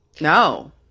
No